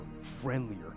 friendlier